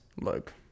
look